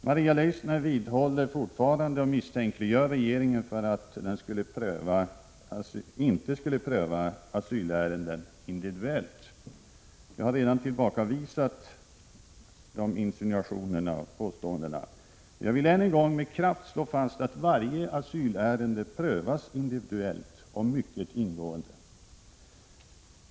Maria Leissner misstänkliggör fortfarande regeringen för att den inte skulle pröva asylärenden individuellt. Jag har redan tillbakavisat dessa insinuationer. Jag vill än en gång med kraft slå fast att varje asylärende prövas individuellt och mycket ingående.